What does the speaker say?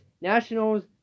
Nationals